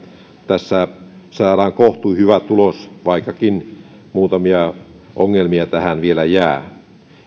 tässä saadaan kohtuuhyvä tulos vaikkakin muutamia ongelmia tähän vielä jää